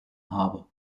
habe